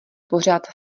pořád